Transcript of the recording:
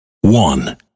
one